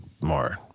more